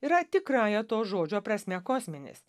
yra tikrąja to žodžio prasme kosminis